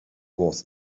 was